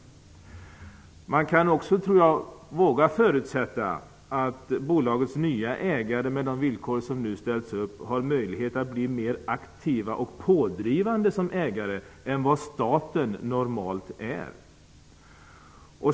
Jag tror att man också vågar förutsätta bolagets nya ägare, med de villkor som nu ställs upp, får möjlighet att bli mer aktiva och pådrivande som ägare än vad staten normalt är.